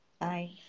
Bye